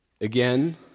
Again